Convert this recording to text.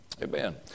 Amen